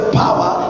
power